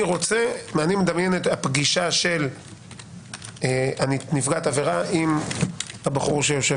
אני מדמיין את הפגישה של נפגעת עבירה עם איתי נעמן